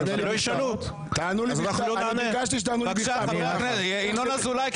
אני ביקשתי שתענו לי --- ינון אזולאי,